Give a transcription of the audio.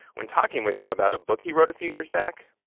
when talking with him about a book he wrote a few years back,